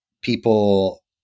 People